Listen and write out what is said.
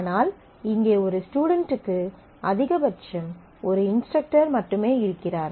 ஆனால் இங்கே ஒரு ஸ்டுடென்ட்டுக்கு அதிகபட்சம் ஒரு இன்ஸ்டரக்டர் மட்டுமே இருக்கிறார்